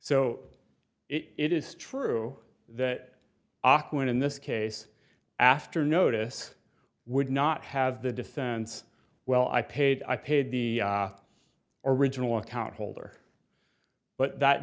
so it is true that aquaman in this case after notice would not have the defense well i paid i paid the original account holder but that